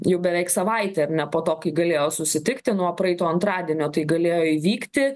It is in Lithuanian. jau beveik savaitė ar ne po to kai galėjo susitikti na o praeito antradienio tai galėjo įvykti